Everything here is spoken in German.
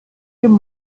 dem